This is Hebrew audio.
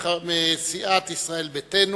מסיעת ישראל ביתנו,